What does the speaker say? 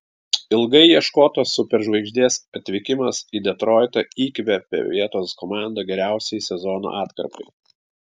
ilgai ieškotos superžvaigždės atvykimas į detroitą įkvėpė vietos komandą geriausiai sezono atkarpai